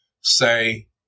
say